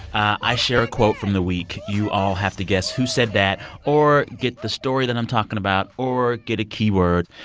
i share a quote from the week. you all have to guess who said that or get the story that i'm talking about or get a keyword.